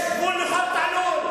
יש גבול לכל תעלול.